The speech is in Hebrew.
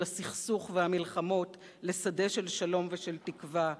הסכסוך והמלחמות לשדה של שלום ושל תקווה.